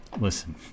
Listen